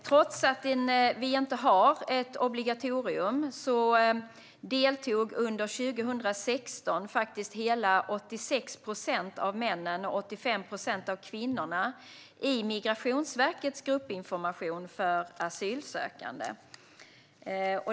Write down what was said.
Trots att vi inte har ett obligatorium deltog under 2016 hela 86 procent av männen och 85 procent av kvinnorna i Migrationsverkets gruppinformation för asylsökande.